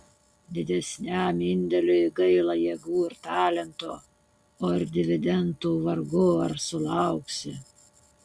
didesniam indėliui gaila jėgų ir talento o ir dividendų vargu ar sulauksi